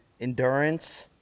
endurance